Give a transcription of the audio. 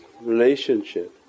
relationship